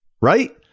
Right